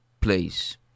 place